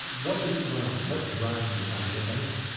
what does it run on? what's driving the economy, if anything?